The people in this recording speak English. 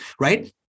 right